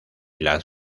las